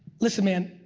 listen man,